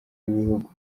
b’ibihugu